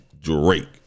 Drake